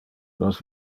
nos